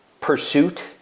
pursuit